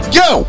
go